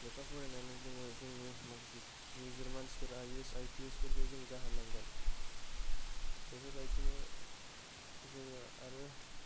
लेखा फरायनानै जोङो जोंनि माखासे गिदिर गिदिर मानसिफोरा I A S I P एसफोरबो जों जाहो नांगोन बेफोर बायदिनो जोङो आरो